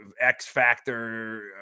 X-factor